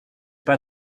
pas